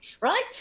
right